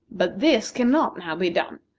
but this cannot now be done.